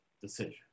decision